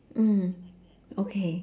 mm okay